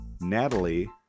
Natalie